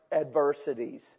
adversities